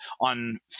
On